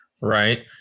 Right